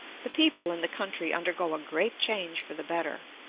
the people and the country undergo a great change for the better.